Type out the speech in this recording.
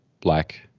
black